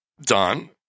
done